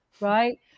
right